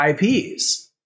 IPs